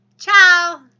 Ciao